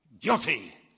guilty